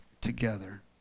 together